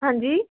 ਹਾਂਜੀ